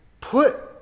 put